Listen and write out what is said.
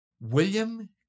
William